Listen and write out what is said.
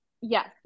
yes